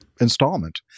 installment